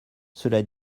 cela